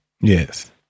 Yes